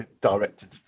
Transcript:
directed